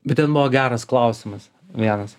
bet ten buvo geras klausimas vienas